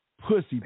pussy